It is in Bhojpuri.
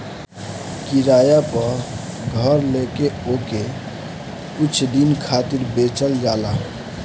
किराया पअ घर लेके ओके कुछ दिन खातिर बेचल जाला